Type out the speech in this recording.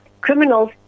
criminals